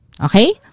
Okay